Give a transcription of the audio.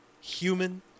human